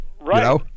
right